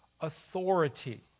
authority